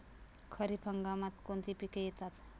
खरीप हंगामात कोणती पिके येतात?